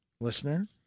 listener